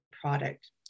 product